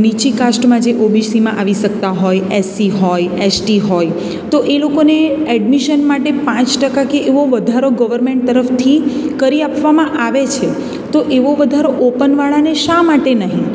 નીચી કાસ્ટમાં જે ઓબીસીમાં આવી શકતા હોય એસસી હોય એસટી હોય તો એ લોકોને એડમિશન માટે પાંચ ટકા કે એવો વધારો ગવર્મેન્ટ તરફથી કરી આપવામાં આવે છે તો એવો વધારો ઓપનવાળાને શા માટે નહીં